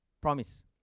Promise